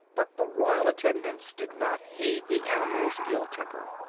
but the royal attendants did not heed the animal's ill temper.